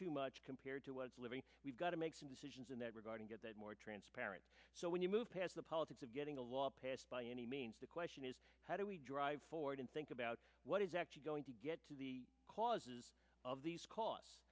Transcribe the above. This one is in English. too much compared to was living we've got to make some decisions in that regard and get more transparent so when you move past the politics of getting a law passed by any means the question is how do we drive forward and think about what is actually going to get to the cause of these costs